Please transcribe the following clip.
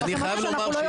יש משהו שאנחנו לא יודעים?